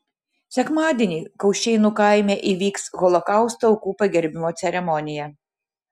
sekmadienį kaušėnų kaime įvyks holokausto aukų pagerbimo ceremonija